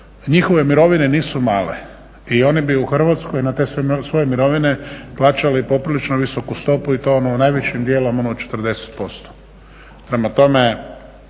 njihove mirovine nisu male i oni bi u Hrvatskoj na te svoje mirovine plaćali poprilično visoku stopu i to onu najvećim dijelom onu od 40%.